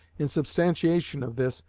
in substantiation of this,